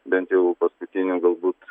bent jau paskutinių galbūt